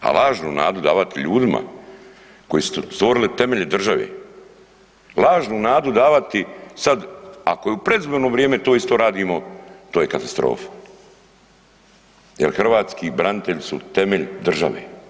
A lažnu nadu davati ljudima koji su stvorili temelje države, lažnu nadu davati sad ako i u predizborno vrijeme, to isto radimo, to je katastrofa jer hrvatski branitelji su temelj države.